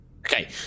Okay